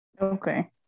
okay